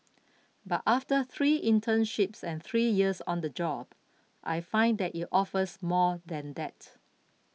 but after three internships and three years on the job I find that it offers more than that